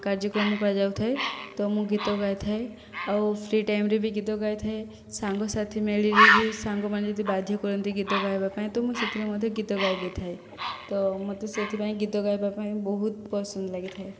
କାର୍ଯ୍ୟକ୍ରମ କରାଯାଉଥାଏ ତ ମୁଁ ଗୀତ ଗାଇଥାଏ ଆଉ ଫ୍ରି ଟାଇମ୍ରେ ବି ଗୀତ ଗାଇଥାଏ ସାଙ୍ଗସାଥି ମେଳିରେ ଯଦି ସାଙ୍ଗମାନେ ଯଦି ବାଧ୍ୟ କରନ୍ତି ଗୀତ ଗାଇବା ପାଇଁ ତ ମୁଁ ସେଥିରେ ମଧ୍ୟ ଗୀତ ଗାଇ ଦେଇଥାଏ ତ ମୋତେ ସେହିଥିପାଇଁ ଗୀତ ଗାଇବା ପାଇଁ ବହୁତ ପସନ୍ଦ ଲାଗିଥାଏ